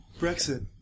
brexit